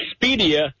Expedia